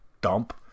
dump